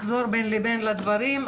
אחזור בין לבין לדבירם.